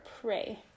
pray